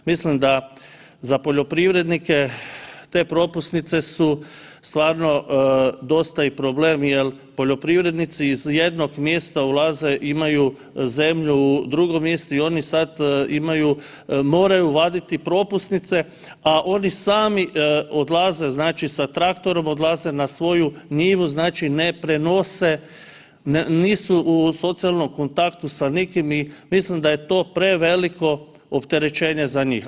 Mislim da za poljoprivrednike te propusnice su stvarno dosta i problem jer poljoprivrednici iz jednog mjesta ulaze i imaju zemlju u drugom mjestu i oni sad moraju vaditi propusnice, a oni sami odlaze znači sa traktorom, odlaze na svoju njivu, znači ne prenose, nisu u socijalnom kontaktu sa nikim i mislim da je to preveliko opterećenje za njih.